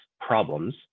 problems